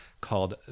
called